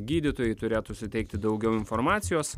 gydytojai turėtų suteikti daugiau informacijos